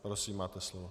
Prosím, máte slovo.